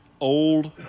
old